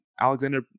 Alexander